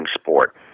sport